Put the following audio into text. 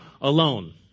alone